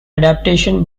adaptation